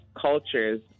cultures